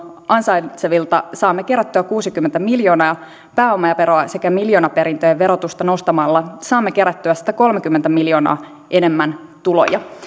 ansaitsevilta saamme kerättyä kuusikymmentä miljoonaa pääomaveroa sekä miljoonaperintöjen verotusta nostamalla saamme kerättyä satakolmekymmentä miljoonaa enemmän tuloja